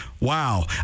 wow